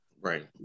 Right